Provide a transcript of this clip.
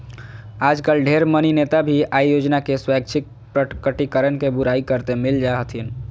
आजकल ढेर मनी नेता भी आय योजना के स्वैच्छिक प्रकटीकरण के बुराई करते मिल जा हथिन